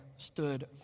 stood